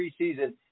preseason